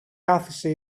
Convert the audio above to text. κάθισε